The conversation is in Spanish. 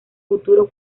futuro